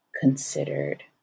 considered